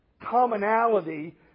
commonality